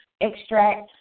extract